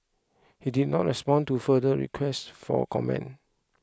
he did not respond to further requests for comment